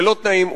ללא תנאים,